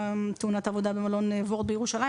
בתאונת העבודה במלון "וורט" בירושלים,